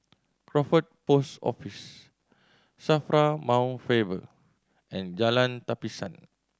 Crawford Post Office SAFRA Mount Faber and Jalan Tapisan